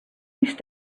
used